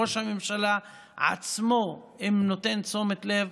ראש הממשלה עצמו נותן תשומת לב,